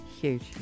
huge